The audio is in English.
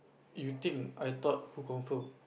you think I thought who confirm